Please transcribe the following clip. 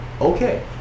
Okay